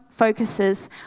focuses